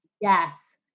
Yes